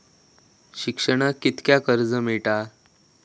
शिक्षणाक कीतक्या कर्ज मिलात?